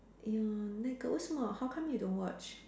ya 那个为什么 how come you don't watch